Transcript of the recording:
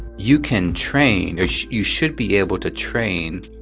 you can train or you should be able to train